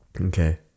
Okay